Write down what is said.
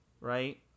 right